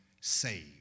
saved